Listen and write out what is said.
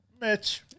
Mitch